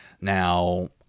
Now